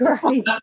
great